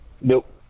Nope